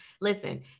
Listen